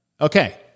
okay